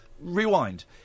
Rewind